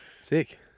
Sick